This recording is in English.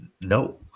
No